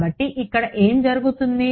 కాబట్టి ఇక్కడ ఏమి జరుగుతుంది